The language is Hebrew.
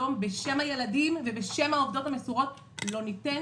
בשם הילדים ובשם העובדות המסורות לא ניתן